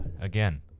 again